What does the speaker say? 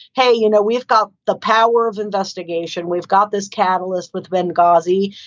hey, you know, we've got the power of investigation. we've got this catalist with benghazi.